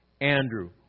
Andrew